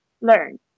learn